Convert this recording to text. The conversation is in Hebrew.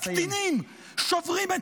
חבר הכנסת